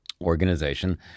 organization